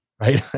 right